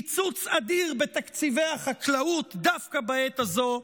קיצוץ אדיר בתקציבי החקלאות דווקא בעת הזו,